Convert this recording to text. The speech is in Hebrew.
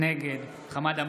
נגד חמד עמאר,